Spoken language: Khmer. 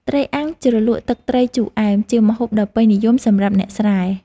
ត្រីអាំងជ្រលក់ទឹកត្រីជូរអែម ជាម្ហូបដ៏ពេញនិយមសម្រាប់អ្នកស្រែ។